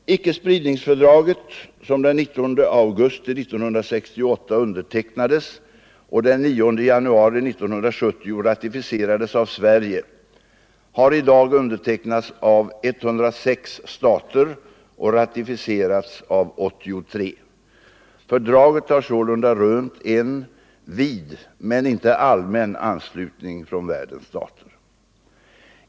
Icke-spridningsfördraget, som den 19 augusti 1968 undertecknades och den 9 januari 1970 ratificerades av Sverige, har i dag undertecknats av 83 106 stater och ratificerats av 83. Fördraget har sålunda rönt en vid men inte allmän anslutning från världens stater.